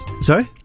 Sorry